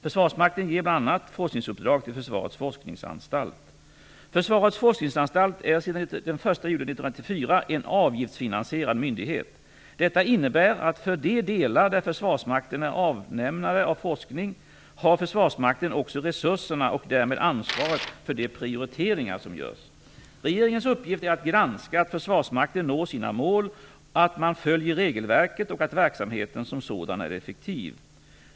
Försvarsmakten ger bl.a. 1994 en avgiftsfinansierad myndighet. Detta innebär att för de delar där Försvarsmakten är avnämare av forskning, har Försvarsmakten också resurserna och därmed ansvaret för de prioriteringar som görs. Regeringens uppgift är att granska att Försvarsmakten når sina mål, att man följer regelverket och att verksamheten som sådan är effektiv.